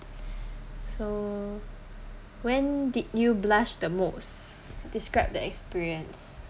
so when did you blush the most describe the experience